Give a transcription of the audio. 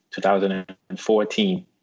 2014